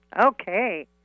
Okay